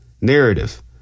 narrative